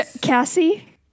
Cassie